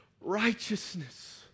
Righteousness